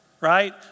right